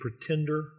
pretender